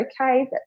okay